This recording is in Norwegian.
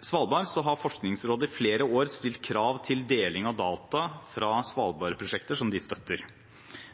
Svalbard, har Forskningsrådet i flere år stilt krav til deling av data fra svalbardprosjekter som de støtter.